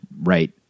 right